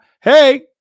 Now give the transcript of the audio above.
Hey